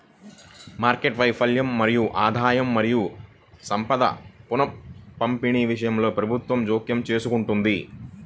market వైఫల్యం మరియు ఆదాయం మరియు సంపద పునఃపంపిణీ విషయంలో ప్రభుత్వం జోక్యం చేసుకుంటుంది